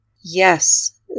Yes